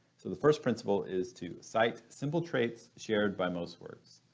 so the first principle is to cite simple traits shared by most words.